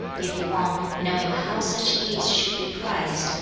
if one, knowing how such ease should be prized,